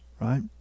right